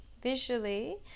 visually